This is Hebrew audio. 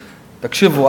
תקשיבו,